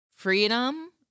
Freedom